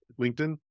LinkedIn